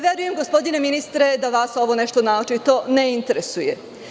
Verujem, gospodine ministre, da vas ovo nešto naročito ne interesuje.